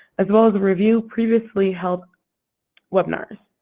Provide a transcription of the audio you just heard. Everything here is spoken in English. as well as review previously held webinars.